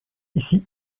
ici